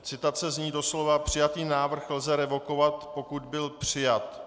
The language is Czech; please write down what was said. Citace zní doslova: Přijatý návrh lze revokovat, pokud byl přijat.